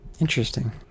interesting